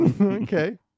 Okay